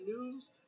news